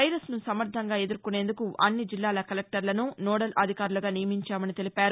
వైరస్ను సమర్గంగా ఎదుర్కానేందుకు అన్ని జిల్లాల కలెక్టర్లను నోడల్ అధికారులుగా నియమించామని తెలిపారు